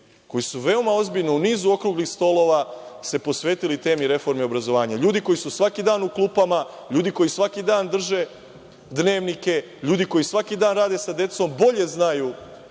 koji su veoma ozbiljno, u nizu okruglih stolova, se posvetili temi reforme obrazovanja. To su ljudi koji su svaki dan u klupama, ljudi koji svaki dan drže dnevnike, ljudi koji svaki dan rade sa decom i oni bolje znaju